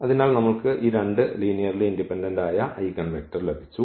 അതിനാൽ നമ്മൾക്ക് ഈ രണ്ട് ലീനിയർലി ഇൻഡിപെൻഡന്റ് ആയ ഐഗൻവെക്ടർ ലഭിച്ചു